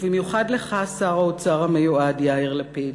ובמיוחד לך, שר האוצר המיועד יאיר לפיד,